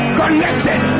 connected